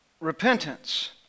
Repentance